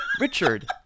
Richard